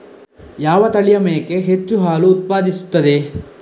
ಯಾವ ತಳಿಯ ಮೇಕೆ ಹೆಚ್ಚು ಹಾಲು ಉತ್ಪಾದಿಸುತ್ತದೆ?